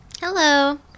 Hello